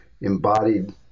embodied